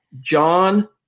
John